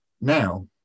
now